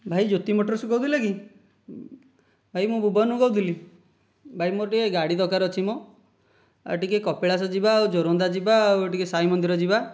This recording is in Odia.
ଭାଇ ଜ୍ୟୋତି ମୋଟର୍ସ୍ ରୁ କହୁଥିଲେ କି ଭାଇ ମୁଁ ଭୁବନରୁ କହୁଥିଲି ଭାଇ ମୋର ଟିକେ ଗାଡ଼ି ଦରକାର ଅଛି ମ ଆଉ ଟିକେ କପିଳାସ ଯିବା ଆଉ ଜୋରନ୍ଦା ଯିବା ଆଉ ଟିକେ ସାଇମନ୍ଦିର ଯିବା